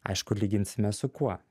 aišku lyginsime su kuo